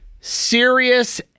serious